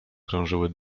krążyły